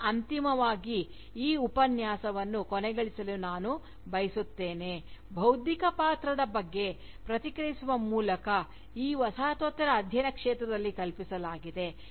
ಈಗ ಅಂತಿಮವಾಗಿ ಈ ಉಪನ್ಯಾಸವನ್ನು ಕೊನೆಗೊಳಿಸಲು ನಾನು ಬಯಸುತ್ತೇನೆ ಬೌದ್ಧಿಕ ಪಾತ್ರದ ಬಗ್ಗೆ ಪ್ರತಿಕ್ರಿಯಿಸುವ ಮೂಲಕ ಈ ವಸಾಹತೋತ್ತರ ಅಧ್ಯಯನ ಕ್ಷೇತ್ರದಲ್ಲಿ ಕಲ್ಪಿಸಲಾಗಿದೆ